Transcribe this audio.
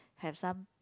have some